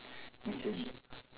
mission im~